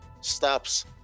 stops